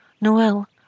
Noel